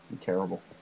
Terrible